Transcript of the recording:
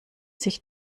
sich